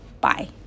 Bye